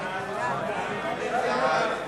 להעביר את